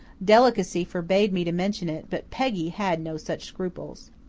delicacy forbade me to mention it but peggy had no such scruples.